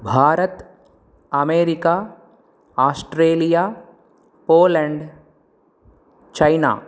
Bharat America Australia Poland China